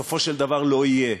בסופו של דבר לא יהיה.